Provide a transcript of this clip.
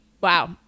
Wow